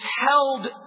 held